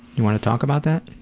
you wanna talk about that?